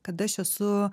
kad aš esu